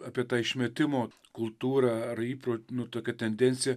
apie tą išmetimo kultūrą ar įprot nu tokią tendenciją